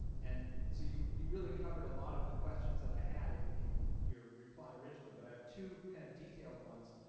and so you you really covered a lot of the questions that i had in in your reply originally but i have to kind of detailed ones.